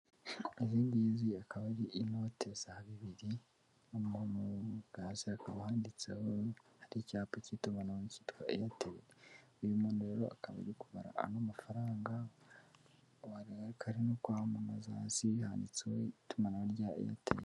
Izi ngizi akaba ari yizi ari inote za bibiri, n'umuntu hasi hakaba handitseho, hari icyapa cy'itumanaho cyitwa eyateri, uyu muntu rero akaba kubamara ari kubara ano mafaranga, urabona ko ari no kwamamaza hasi bi hanitseho itumanaho rya eyateri.